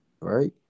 right